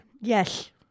Yes